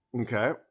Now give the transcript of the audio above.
Okay